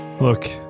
Look